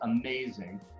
amazing